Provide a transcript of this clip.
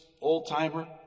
old-timer